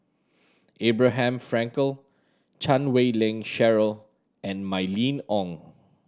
Abraham Frankel Chan Wei Ling Cheryl and Mylene Ong